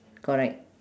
correct